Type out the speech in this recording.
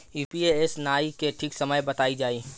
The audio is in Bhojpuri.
पी.यू.एस.ए नाइन के ठीक समय बताई जाई?